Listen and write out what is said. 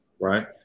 right